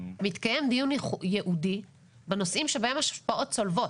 מתקיים דיון ייעודי בנושאים שבהם יש השפעות צולבות.